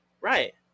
Right